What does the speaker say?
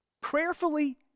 prayerfully